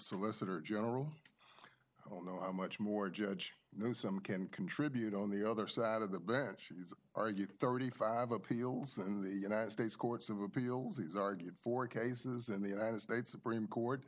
solicitor general oh no i'm much more judge newsome can contribute on the other side of the bench she's argued thirty five appeals in the united states courts of appeals he's argued four cases in the united states supreme court